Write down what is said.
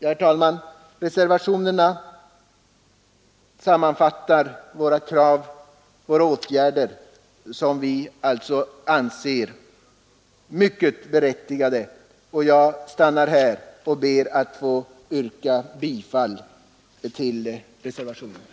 Herr talman! I våra reservationer sammanfattas våra krav på åtgärder, som vi anser vara mycket berättigade. Jag ber att få yrka bifall till dessa reservationer.